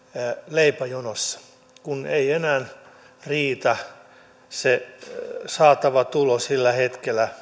leipäjonossa kun ei enää riitä se saatava tulo sillä hetkellä